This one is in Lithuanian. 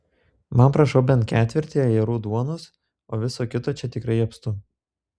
man prašau bent ketvirtį ajerų duonos o viso kito čia tikrai apstu